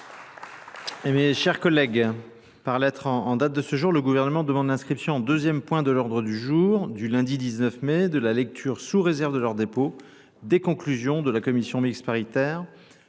Mes chers collègues, par lettre, en date de ce jour le gouvernement demande l'inscription en deuxième point de l'ordre du jour du lundi 19 mai de la lecture sous réserve de l'ordre dépôt des conclusions de la commission mi-exparitaire